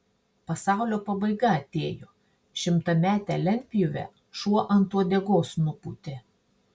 pasaulio pabaiga atėjo šimtametę lentpjūvę šuo ant uodegos nupūtė